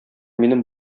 минем